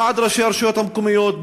ועד ראשי הרשויות המקומיות,